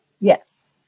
Yes